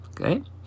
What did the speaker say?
okay